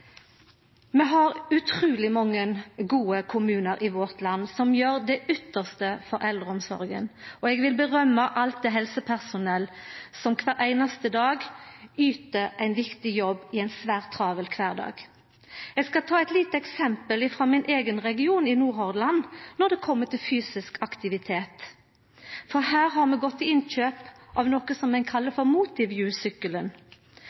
har utruleg mange gode kommunar i landet vårt som gjer det yttarste for eldreomsorga. Eg vil berømma alt helsepersonell som kvar einaste dag yter ein viktig jobb i ein svært travel kvardag. Eg skal gje eit lite eksempel frå min eigen region i Nordhordland når det gjeld fysisk aktivitet. Her har vi gått til innkjøp av noko ein kallar